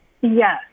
Yes